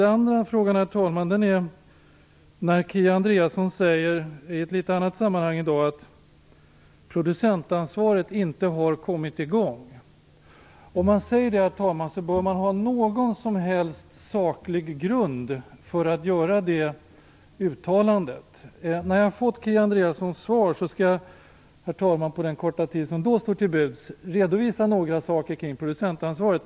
För det andra: Kia Andreasson sade i ett tidigare sammanhang i dag att producentansvaret inte har kommit i gång. Om man säger så bör man ha någon saklig grund för uttalandet. När jag har fått Kia Andreassons kommentar skall jag på den korta tid som då står till buds, herr talman, redovisa några saker kring producentansvaret.